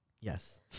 yes